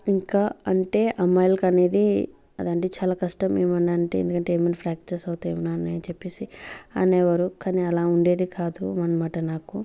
ఇంకా అంటే అమ్మాయిలకు అనేది అది అంటే చాలా కష్టం ఏమన్న అంటే ఎందుకంటే ఏమన్న ఫ్రాక్చర్స్ అవుతాయి ఏమన్న అని చెప్పేసి అనేవారు కానీ అలా ఉండేది కాదు అనమాట నాకు